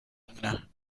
مونه